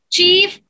Chief